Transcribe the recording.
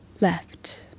left